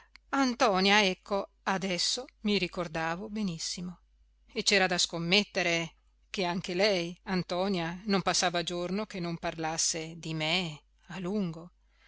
antonia ecco adesso mi ricordavo benissimo e c'era da scommettere che anche lei antonia non passava giorno che non parlasse di me a lungo